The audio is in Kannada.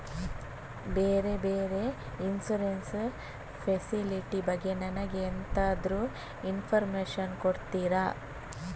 ಬೇರೆ ಬೇರೆ ಇನ್ಸೂರೆನ್ಸ್ ಫೆಸಿಲಿಟಿ ಬಗ್ಗೆ ನನಗೆ ಎಂತಾದ್ರೂ ಇನ್ಫೋರ್ಮೇಷನ್ ಕೊಡ್ತೀರಾ?